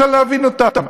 ואפשר להבין אותם.